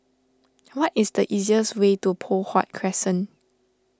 what is the easiest way to Poh Huat Crescent